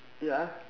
ya